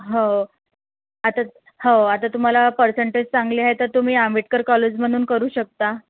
हो आता हो आता तुम्हाला पर्सेंटेज चांगले आहे तर तुम्ही आंबेडकर कॉलेजमधून करू शकता